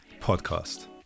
podcast